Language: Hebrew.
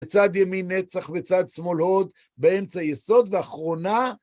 בצד ימין נצח, בצד שמאל הוד, באמצע יסוד, ואחרונה...